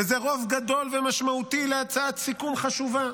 וזה רוב גדול ומשמעותי להצעת סיכום חשובה.